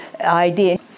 idea